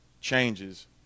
changes